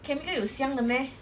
chemical 有香的 meh